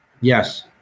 Yes